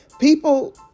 People